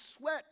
sweat